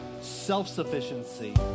self-sufficiency